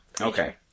Okay